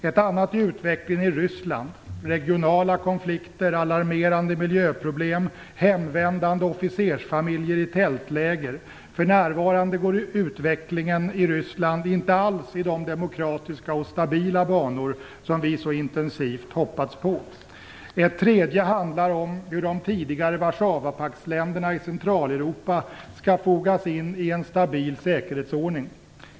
Ett annat är utvecklingen i Ryssland: regionala konflikter, alarmerande miljöproblem, hemvändande officersfamiljer som bor i tältläger. För närvarande går utvecklingen i Ryssland inte alls i de demokratiska och stabila banor som vi så intensivt hoppats på. Ett tredje handlar om hur de tidigare Warszawapaktsländerna i Centraleuropa skall fogas in i en stabil säkerhetsordning.